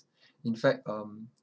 in fact um